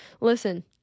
listen